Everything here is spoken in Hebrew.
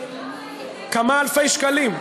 כמה אלפי שקלים.